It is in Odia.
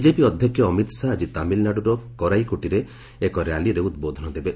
ବିକେପି ଅଧ୍ୟକ୍ଷ ଅମିତ୍ ଶାହା ଆଜି ତାମିଲ୍ନାଡୁର କରାଇକୋଟିରେ ଏକ ର୍ୟାଲିରେ ଉଦ୍ବୋଧନ ଦେବେ